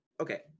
okay